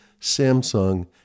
Samsung